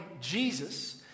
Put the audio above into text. Jesus